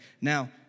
Now